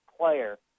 player